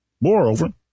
Moreover